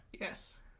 Yes